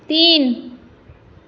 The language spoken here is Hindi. तीन